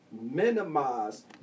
minimize